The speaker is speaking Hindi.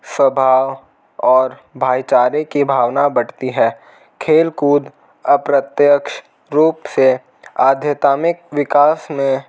स्वभाव और भाईचारे की भावना बटती है खेलकूद अप्रत्यक्ष रूप से आधेतामिक विकास में